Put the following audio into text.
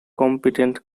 competent